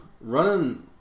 running